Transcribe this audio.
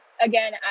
Again